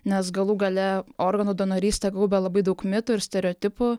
nes galų gale organų donorystę gaubia labai daug mitų ir stereotipų